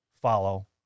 follow